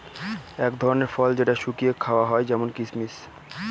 এক ধরনের ফল যেটা শুকিয়ে খাওয়া হয় যেমন কিসমিস